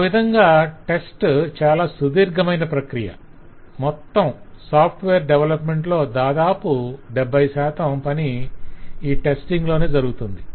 ఆ విధంగా 'test' 'test' చాలా సుధీర్ఘమైన ప్రక్రియ మొత్తం సాఫ్ట్వేర్ డెవలప్మెంట్ లో దాదాపు 70 శాతం పని ఈ టెస్టింగ్ లోనే జరగుతుంది